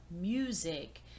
music